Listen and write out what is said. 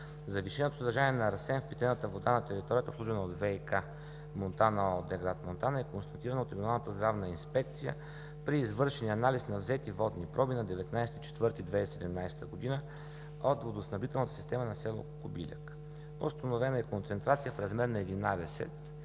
Завишеното съдържание на арсен в питейната вода на територията, обслужвана от „ВиК“ ООД – град Монтана, е констатирано от Регионалната здравна инспекция при извършения анализ на взети водни проби на 19 април 2017 г. от водоснабдителната система на село Кобиляк. Установена е концентрация в размер на 11